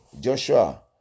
Joshua